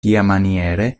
tiamaniere